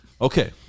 Okay